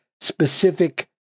specific